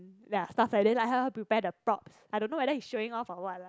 ya stuff like that lah help her prepare the prompt I don't know whether he showing off or what lah